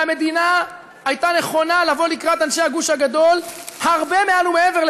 והמדינה הייתה נכונה לבוא לקראת אנשי הגוש הגדול הרבה מעל ומעבר,